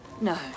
No